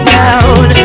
down